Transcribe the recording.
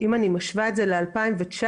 משווה את זה ל-2019,